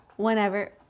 Whenever